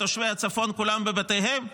תושבי הצפון כולם בבתיהם?